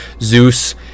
Zeus